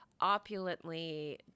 opulently